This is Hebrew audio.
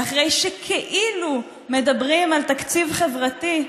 ואחרי שכאילו מדברים על תקציב חברתי,